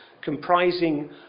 comprising